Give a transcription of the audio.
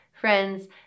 Friends